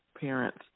parents